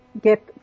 get